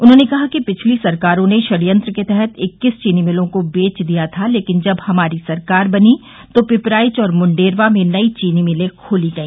उन्होंने कहा कि पिछली सरकारों ने षड्यंत्र के तहत इक्कीस चीनी मिलों को बेच दिया लेकिन जब हमारी सरकार बनी तो पिपराइच और मुंडेरवा में नई चीनी मिले खोली गई